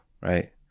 right